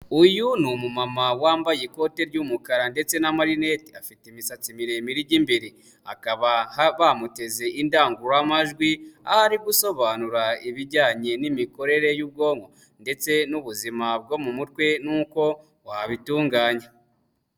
Uyu ni umumama wambaye ikoti ry'umukara ndetse na amarinete, afite imisatsi miremire ijya imbere, bakabaha bamuteze indangururamajwi, ahari gusobanura ibijyanye n'imikorere y'ubwonko ndetse n'ubuzima bwo mu mutwe n'uko wabitunganya.